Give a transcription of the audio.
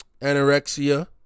anorexia